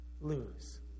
lose